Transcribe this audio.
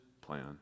plan